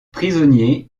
prisonnier